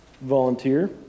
Volunteer